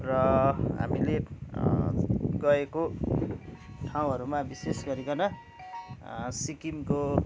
र हामीले गएको ठाउँहरूमा बिशेष गरिकन सिक्किमको